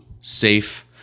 Safe